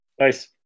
Nice